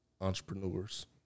Entrepreneurs